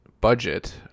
budget